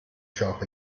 shop